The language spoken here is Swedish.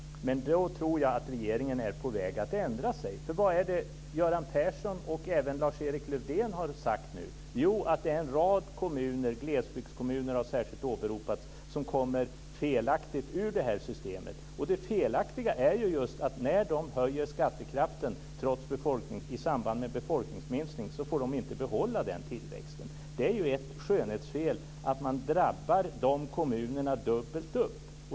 Men jag tror att regeringen är på väg att ändra sig. Vad är det Göran Persson och även Lars-Erik Lövdén har sagt? Jo, att en rad kommuner - glesbygdskommuner har särskilt åberopats - felaktigt kommer ur det här systemet. Det felaktiga är just att när de höjer skattekraften i samband med befolkningsminskning får de inte behålla tillväxten. Det är ett skönhetsfel att man drabbar de kommunerna dubbelt upp.